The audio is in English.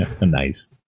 Nice